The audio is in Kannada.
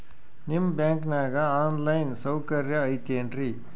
ನಿಮ್ಮ ಬ್ಯಾಂಕನಾಗ ಆನ್ ಲೈನ್ ಸೌಕರ್ಯ ಐತೇನ್ರಿ?